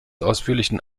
ausführlichen